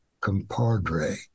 compadre